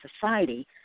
society